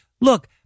look